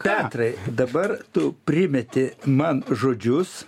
petrai dabar tu primeti man žodžius